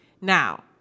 Now